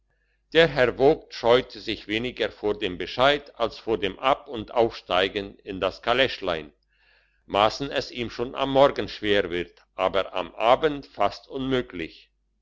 der herr vogt scheute sich weniger vor dem bescheid als vor dem ab und aufsteigen in das kaleschlein massen es ihm schon am morgen schwer wird aber am abend fast unmöglich